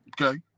Okay